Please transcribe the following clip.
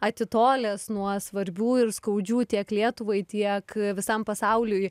atitolęs nuo svarbių ir skaudžių tiek lietuvai tiek visam pasauliui